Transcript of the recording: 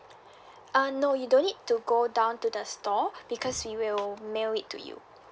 uh no you don't need to go down to the store because we will mail it to you